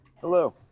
Hello